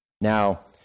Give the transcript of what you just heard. Now